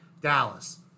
Dallas